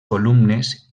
columnes